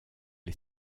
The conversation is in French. les